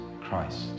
Christ